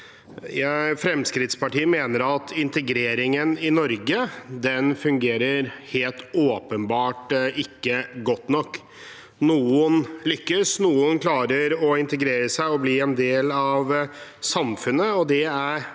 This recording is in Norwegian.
Fremskrittspartiet mener at integreringen i Norge helt åpenbart ikke fungerer godt nok. Noen lykkes, noen klarer å bli integrert og bli en del av samfunnet, og det er